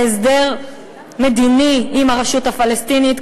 בהסדר מדיני עם הרשות הפלסטינית,